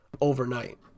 overnight